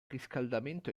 riscaldamento